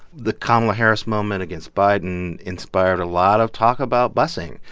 the kamala harris moment against biden inspired a lot of talk about busing.